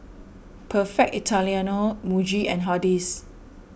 Perfect Italiano Muji and Hardy's